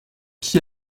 qui